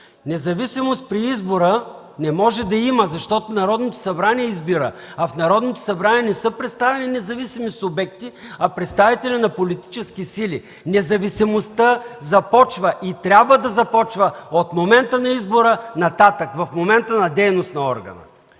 Независимост при избора не може да има, защото Народното събрание избира, а в него не са представени независими субекти, а представители на политически сили. Независимостта започва и трябва да започва от момента на избора нататък, в момента на дейност на органа.